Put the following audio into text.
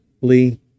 Lee